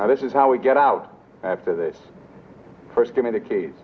this is how we get out after this first communicate